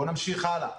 בואו נמשיך הלאה.